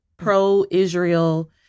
pro-israel